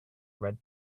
red